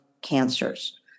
cancers